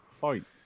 points